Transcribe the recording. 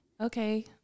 Okay